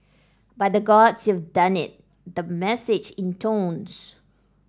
by the Gods you've done it the message intones